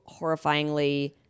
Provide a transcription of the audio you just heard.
horrifyingly